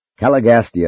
Caligastia